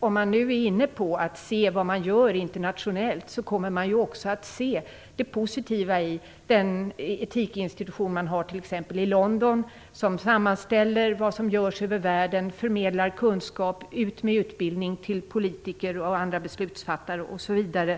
Om man nu är inne på att se vad som görs internationellt, kommer man också att se det positiva i t.ex. den etikinstitution som finns i London, som sammanställer vad som görs över världen, förmedlar kunskap genom utbildning för politiker och andra beslutsfattare osv.